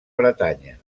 bretanya